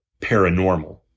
paranormal